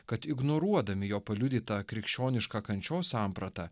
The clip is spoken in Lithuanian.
kad ignoruodami jo paliudytą krikščionišką kančios sampratą